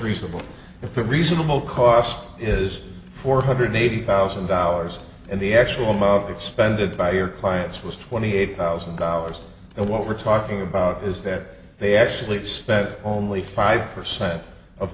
reasonable for reasonable cost is four hundred eighty thousand dollars and the actual about expended by your clients was twenty eight thousand dollars and what we're talking about is that they actually spent only five percent of